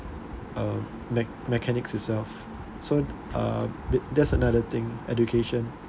uh ma~ mechanics itself so uh b~ there's another thing education